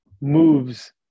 moves